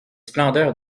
splendeurs